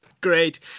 Great